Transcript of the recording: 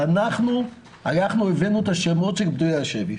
אנחנו הבאנו את השמות של פדויי השבי.